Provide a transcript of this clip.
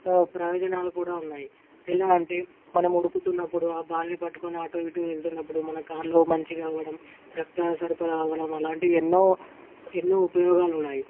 ప్రయోజనాలు కూడా ఉన్నాయి ఎలా అంటే మనం ఉరుకుతున్నప్పుడు ఆ బాల్ని పట్టుకుని అటు ఇటు ఎలుతున్నప్పుడు మన కాళ్ళు మంచిగా అవ్వడం రక్త సరఫరా అవ్వడం అలాంటివి ఎన్నో ఎన్నో ఉపయోగాలు ఉన్నాయి